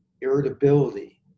irritability